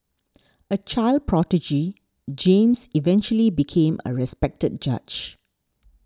a child prodigy James eventually became a respected judge